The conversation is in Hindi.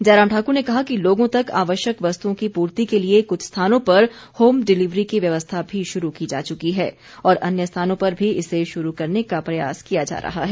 जयराम ठाकुर ने कहा कि लोगों तक आवश्यक वस्तुओं की पूर्ति के लिए कुछ स्थानों पर होम डिलिवरी की व्यवस्था भी शुरू की जा चुकी है और अन्य स्थानों पर भी इसे शुरू करने का प्रयास किया जा रहा है